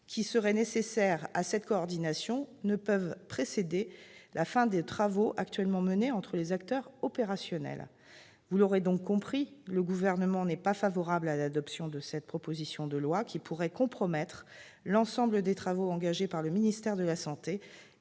qui seraient nécessaires ne peuvent précéder la fin des travaux actuellement menés entre les acteurs opérationnels. Vous l'aurez donc compris, le Gouvernement n'est pas favorable à l'adoption de cette proposition de loi qui pourrait compromettre l'ensemble des travaux engagés par le ministère de la santé